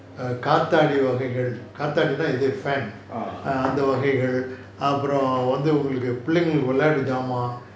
ah